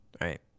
Right